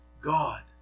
God